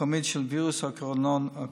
ומקומית של וירוס הקורונה.